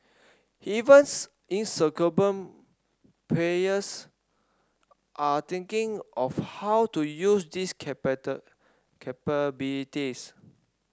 evens incumbent players are thinking of how to use these capabilities